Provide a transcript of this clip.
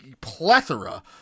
plethora